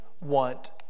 want